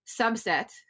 subset